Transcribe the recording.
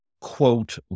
quote